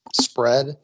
spread